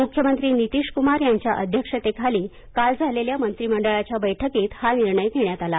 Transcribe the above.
मुख्यमंत्री नितीश कुमार यांच्या अध्यक्षतेखाली काल झालेल्या मंत्रिमंडळाच्या बैठकीत हा निर्णय घेण्यात आला